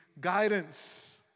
guidance